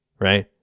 right